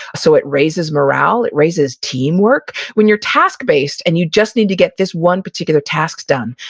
so it raises morale, it raises team work. when you're task-based and you just need to get this one particular task done,